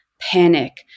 panic